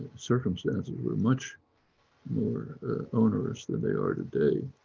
circumstances were much more onerous than they are today,